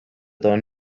proovis